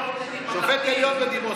שופט עליון בדימוס,